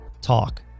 talk